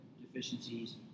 deficiencies